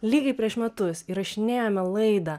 lygiai prieš metus įrašinėjome laidą